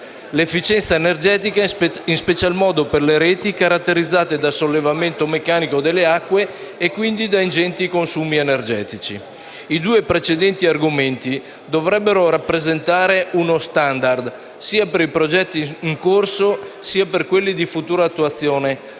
efficienza energetica in special modo per le reti caratterizzate da sollevamento meccanico delle acque e, quindi, da ingenti consumi energetici. I due precedenti argomenti dovrebbero rappresentare uno standard, sia per i progetti in corso sia per quelli di futura attuazione,